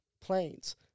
planes